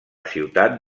ciutat